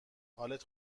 حالت